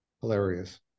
Hilarious